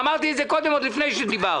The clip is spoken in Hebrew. אמרתי את זה קודם, עוד לפני שדיברת.